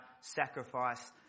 sacrifice